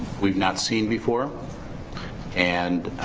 we've not seen before and